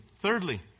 Thirdly